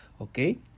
okay